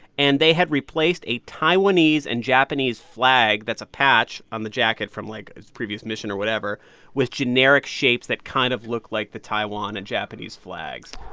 and they had replaced a taiwanese and japanese flag that's a patch on the jacket from, like, its previous mission or whatever with generic shapes that kind of look like the taiwan and japanese flags.